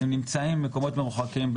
הם נמצאים במקומות מרוחקים,